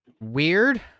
weird